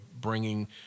bringing